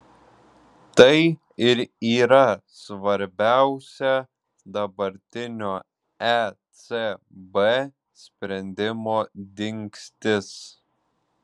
tai ir yra svarbiausia dabartinio ecb sprendimo dingstis